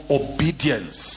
obedience